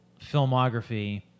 filmography